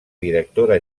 directora